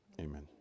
Amen